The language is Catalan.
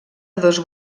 dos